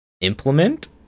implement